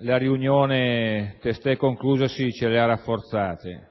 la riunione testé conclusasi ce le ha rafforzate.